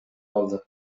калды